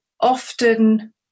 often